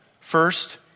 First